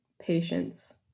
patience